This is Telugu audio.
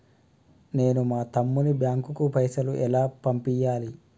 నేను మా తమ్ముని బ్యాంకుకు పైసలు ఎలా పంపియ్యాలి?